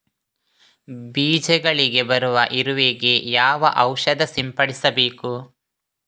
ಬೀಜಗಳಿಗೆ ಬರುವ ಇರುವೆ ಗೆ ಯಾವ ಔಷಧ ಸಿಂಪಡಿಸಬೇಕು?